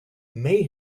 may